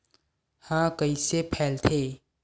ह कइसे फैलथे?